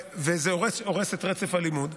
וזה הורס את רצף הלימוד.